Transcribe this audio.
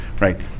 right